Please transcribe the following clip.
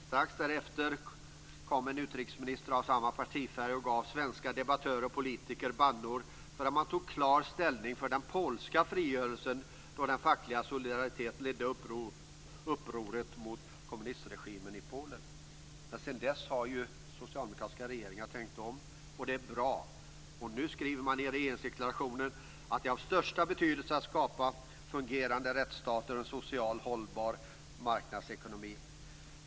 Strax därefter kom en utrikesminister av samma partifärg och gav svenska debattörer och politiker bannor för att man tog klar ställning för den polska frigörelsen då den fackliga Solidaritet ledde upproret mot kommunistregimen i Polen. Men sedan dess har ju socialdemokratiska regeringar tänkt om, och det är bra. Nu skriver man i regeringsdeklarationen att det är av största betydelse att skapa fungerande rättsstater och en socialt hållbar marknadsekonomi.